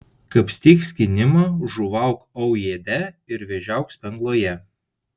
kapstyk skynimą žuvauk aujėde ir vėžiauk spengloje